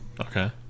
Okay